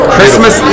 Christmas